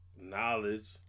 knowledge